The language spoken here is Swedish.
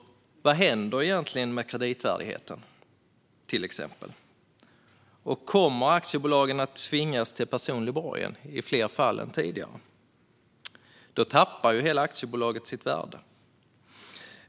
Vad händer egentligen med kreditvärdigheten när det är som det är nu? Och kommer aktiebolagen att tvingas till personlig borgen i fler fall än tidigare? Då tappar ju hela aktiebolaget sitt värde.